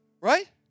Right